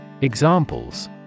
Examples